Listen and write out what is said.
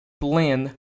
blend